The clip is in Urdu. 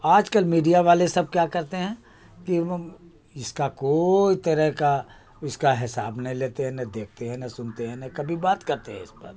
آج کل میڈیا والے سب کیا کرتے ہیں کہ اس کا کوئی طرح کا اس کا حساب نہیں لیتے ہیں نہ دیکھتے ہیں نہ سنتے ہیں نہ کبھی بات کرتے ہیں اس پر